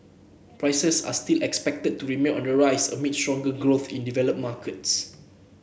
prices are still expected to remain on the rise amid stronger growth in developed markets